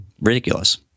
ridiculous